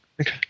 Okay